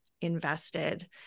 Invested